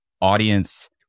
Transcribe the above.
audience